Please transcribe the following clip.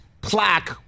plaque